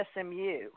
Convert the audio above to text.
SMU